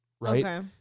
right